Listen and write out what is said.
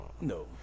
No